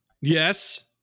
Yes